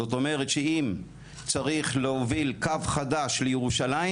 זאת אומרת שאם צריך להוביל קו חדש לירושלים